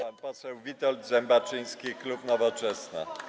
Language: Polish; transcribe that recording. Pan poseł Witold Zembaczyński, klub Nowoczesna.